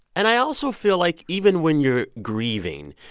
and i also feel like, even when you're grieving,